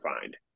find